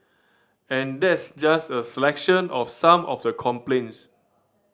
and that's just a selection of some of the complaints